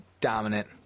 dominant